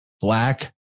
black